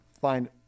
find